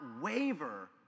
waver